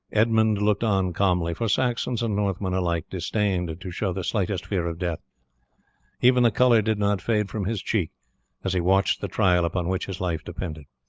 edmund looked on calmly, for saxons and northmen alike disdained to show the slightest fear of death even the colour did not fade from his cheek as he watched the trial upon which his life depended.